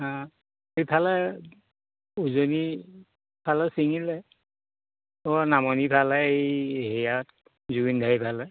এইফালে উজনী ফালে ছিঙিলে নামনি ফালে এই হেৰিয়াত জুবিন ধাৰী ফালে